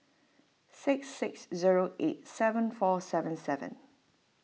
six six zero eight seven four seven seven